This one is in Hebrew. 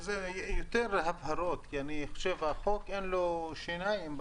זה יותר הבהרות כי אני חושב שהחוק אין לו שיניים.